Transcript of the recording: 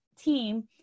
team